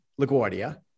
laguardia